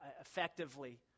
effectively